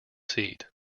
seat